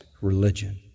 religion